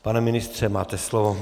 Pane ministře, máte slovo.